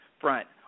front